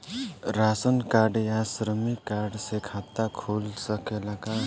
Ration card या श्रमिक card से खाता खुल सकेला का?